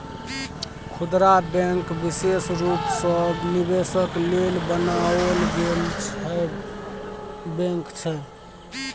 खुदरा बैंक विशेष रूप सँ निवेशक लेल बनाओल गेल बैंक छै